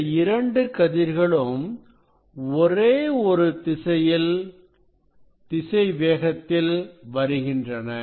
இந்த இரண்டு கதிர்களும் ஒரே திசை வேகத்தில் வருகின்றன